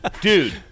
Dude